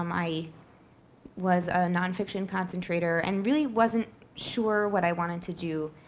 um i was a nonfiction concentrator and really wasn't sure what i wanted to do.